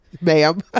Ma'am